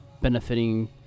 benefiting